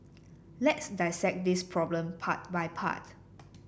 let's dissect this problem part by part